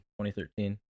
2013